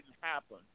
happen